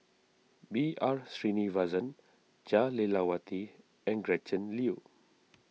B R Sreenivasan Jah Lelawati and Gretchen Liu